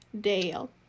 dale